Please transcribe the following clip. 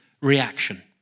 reaction